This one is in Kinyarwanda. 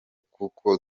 kuko